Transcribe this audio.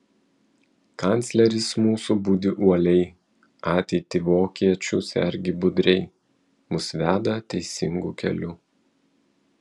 kancleris mūsų budi uoliai ateitį vokiečių sergi budriai mus veda teisingu keliu